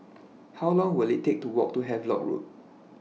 How Long Will IT Take to Walk to Havelock Road